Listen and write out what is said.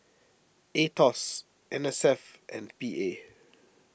Aetos N S F and P A